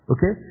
Okay